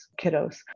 kiddos